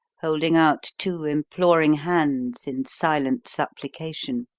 holding out two imploring hands in silent supplication.